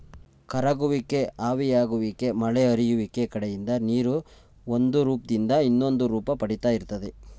ಕರಗುವಿಕೆ ಆವಿಯಾಗುವಿಕೆ ಮಳೆ ಹರಿಯುವಿಕೆ ಕಡೆಯಿಂದ ನೀರು ಒಂದುರೂಪ್ದಿಂದ ಇನ್ನೊಂದುರೂಪ ಪಡಿತಾ ಇರ್ತದೆ